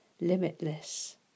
limitless